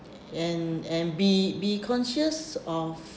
and and be be conscious of